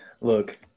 Look